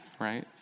right